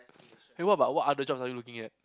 hey what about what other jobs are you looking at